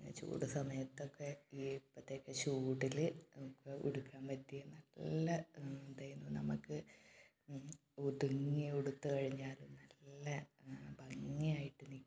ചൂട് സമയത്തൊക്കെ ഇപ്പോഴത്തെ ഒക്കെ ചൂടിൽ നമുക്ക് ഉടുക്കാൻ പറ്റിയ നല്ല ഇതേനു നമുക്ക് ഒതുങ്ങി ഉടുത്ത് കഴിഞ്ഞാലും നല്ല ഭംഗിയായിട്ട് നിൽക്കും